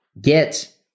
get